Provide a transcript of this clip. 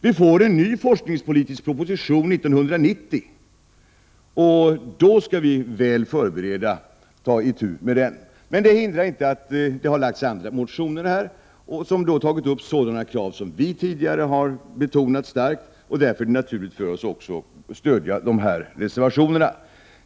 Vi får en ny forskningspolitisk proposition 1990, och då skall vi väl förberedda ta itu med den. Det hindrar inte att det har väckts andra motioner, som tagit upp sådana krav som vi tidigare har betonat starkt. Därför är det naturligt för oss att stödja också motsvarande reservationer.